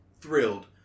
Thrilled